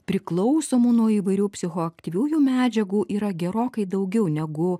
priklausomų nuo įvairių psichoaktyviųjų medžiagų yra gerokai daugiau negu